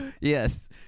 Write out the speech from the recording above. Yes